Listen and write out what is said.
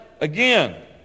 again